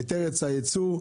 את ארץ הייצור.